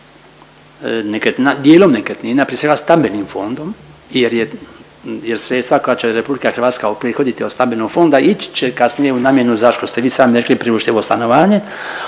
dijelom nekretnina prije svega stambenim fondom jer je, jer sredstva koja će RH uprihoditi od stambenog fonda ići će kasnije u namjenu za što ste vi sami rekli, priuštivo stanovanje.